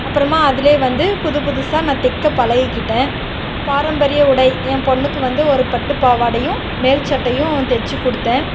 அப்புறமா அதில் வந்து புது புதுசாக நான் தைக்க பழகிக்கிட்டேன் பாரம்பரிய உடை என் பொண்ணுக்கு வந்து ஒரு பட்டுப் பாவாடையும் மேல் சட்டையும் தச்சிக் கொடுத்தேன்